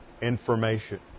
information